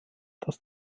dass